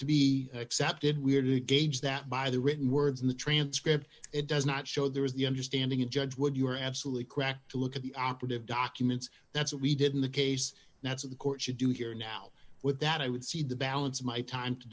to be accepted we are to gauge that by the written words in the transcript it does not show there is the understanding of judge what you are absolutely correct to look at the operative documents that's what we did in the case that's of course you do here now with that i would see the balance of my time to